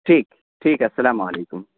ٹھیک ٹھیک ہے السلام علیکم